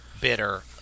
Bitter